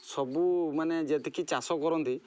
ସବୁ ମାନେ ଯେତିକି ଚାଷ କରନ୍ତି